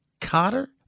cotter